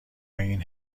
این